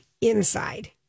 inside